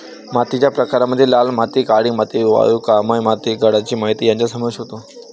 मातीच्या प्रकारांमध्ये लाल माती, काळी माती, वालुकामय माती, गाळाची माती यांचा समावेश होतो